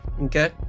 okay